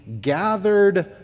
gathered